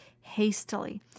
hastily